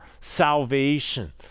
salvation